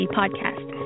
podcast